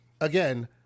again